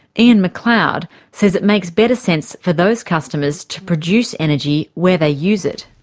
ian mcleod says it makes better sense for those customers to produce energy where they use it.